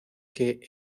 que